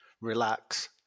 relax